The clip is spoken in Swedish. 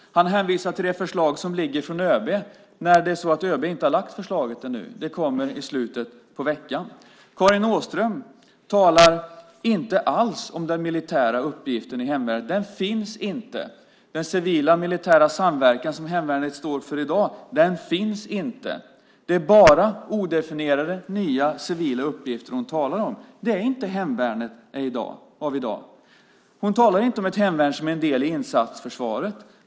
Han hänvisar till det förslag som föreligger från ÖB fast ÖB inte har lagt fram förslaget ännu. Det kommer i slutet av veckan. Karin Åström talar inte alls om den militära uppgiften i hemvärnet. Den finns inte. Den civilmilitära samverkan som hemvärnet står för i dag finns inte. Det är bara odefinierade nya civila uppgifter hon talar om. Det är inte hemvärnet av i dag. Hon talar inte om ett hemvärn som en del i insatsförsvaret.